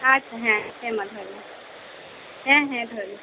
ᱟᱪᱪᱷᱟ ᱦᱮᱸ ᱦᱮᱸ ᱢᱟ ᱫᱚᱦᱚᱭ ᱢᱮ ᱦᱮᱸ ᱦᱮᱸ ᱫᱚᱦᱚᱭ ᱢᱮ